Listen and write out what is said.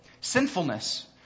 sinfulness